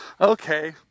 Okay